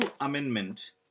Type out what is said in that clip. amendment